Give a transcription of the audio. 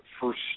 first